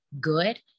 good